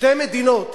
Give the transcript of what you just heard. שתי מדינות,